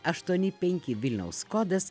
aštuoni penki vilniaus kodas